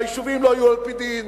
והיישובים לא היו על-פי דין.